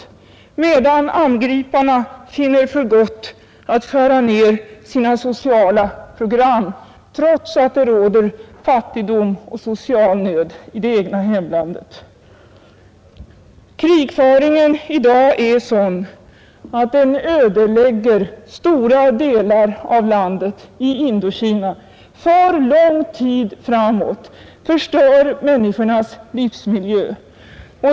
Samtidigt finner angriparna för gott att skära ned sina sociala program, trots att det råder fattigdom och social nöd i det egna hemlandet. Krigföringen i dag är sådan att den ödelägger stora delar av Indokina och för lång tid framåt förstör människornas livsmiljö.